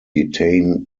detain